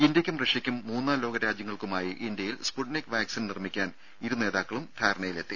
ഇന്ത്യയ്ക്കും റഷ്യക്കും മൂന്നാം ലോക രാജ്യങ്ങൾക്കുമായി ഇന്ത്യയിൽ സ്ഫുട്നിക് വാക്സിൻ നിർമ്മിക്കാൻ ഇരു നേതാക്കളും ധാരണയിലെത്തി